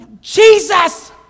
Jesus